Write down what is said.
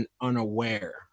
unaware